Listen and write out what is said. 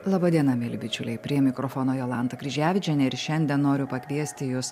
laba diena mieli bičiuliai prie mikrofono jolanta kryževičienė ir šiandien noriu pakviesti jus